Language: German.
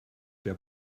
der